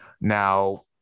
Now